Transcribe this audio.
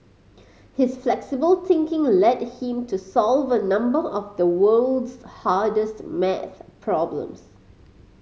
his flexible thinking led him to solve a number of the world's hardest maths problems